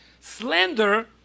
Slender